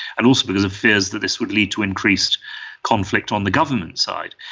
and also because of fears that this would lead to increased conflict on the government side.